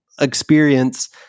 experience